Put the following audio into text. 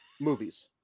movies